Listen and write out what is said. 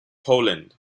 poland